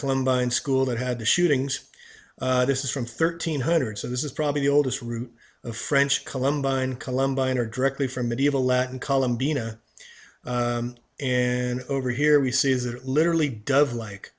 colombine school that had the shootings this is from thirteen hundred so this is probably the oldest root of french colombine colombine or directly from medieval latin columbina and over here we see these are literally dove like